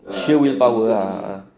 sheer willpower ah a'ah